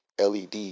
LED